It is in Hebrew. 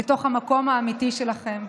לתוך המקום האמיתי שלכם.